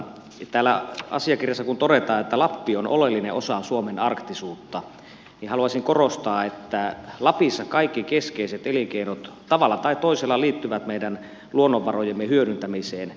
täällä asiakirjassa kun todetaan että lappi on oleellinen osa suomen arktisuutta niin haluaisin korostaa että lapissa kaikki keskeiset elinkeinot tavalla tai toisella liittyvät meidän luonnonvarojemme hyödyntämiseen